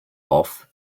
off